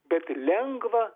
bet ir lengva